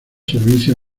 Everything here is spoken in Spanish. servicios